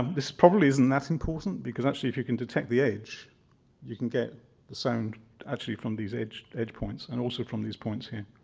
this probably isn't that important because actually if you can detect the edge you can get the sound actually from these edge edge points and also from these points here.